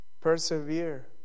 Persevere